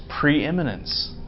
preeminence